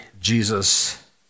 Jesus